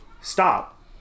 Stop